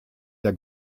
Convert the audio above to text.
der